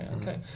okay